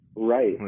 Right